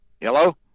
hello